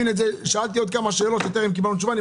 שאלתי עוד כמה שאלות וטרם קיבלתי תשובה.